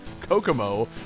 Kokomo